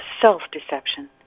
self-deception